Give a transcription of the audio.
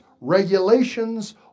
regulations